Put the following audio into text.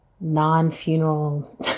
non-funeral